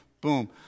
boom